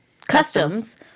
customs